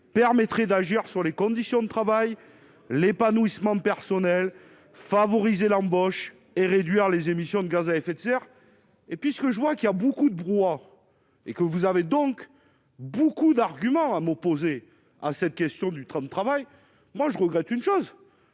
permettrait d'agir sur les conditions de travail, l'épanouissement personnel, favoriser l'embauche et réduire les émissions de gaz à effet de serre. Et puis ce que je vois qu'il y a beaucoup de brouillard et que vous avez donc beaucoup d'arguments à m'opposer à cette question du tram travail moi je regrette une chose